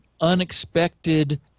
unexpected